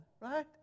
right